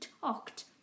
talked